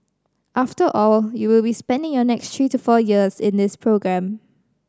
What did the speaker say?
after all you will be spending your next three to four years in this programme